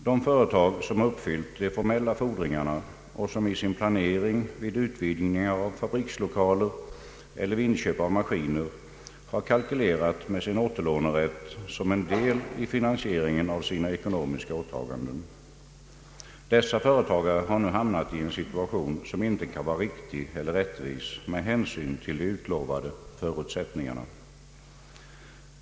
De företag som har uppfyllt de formella fordringarna och som i sin pianering vid utvidgningar av fabrikslokaler eller vid inköp av maskiner har kalkylerat med sin återlånerätt som en del i finansieringen av sina ekonomiska åtaganden har nu hamnat i en situation, som inte kan vara riktig eller rättvis med hänsyn till de utlovade förutsättningarna.